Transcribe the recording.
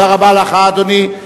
תודה רבה לך, אדוני.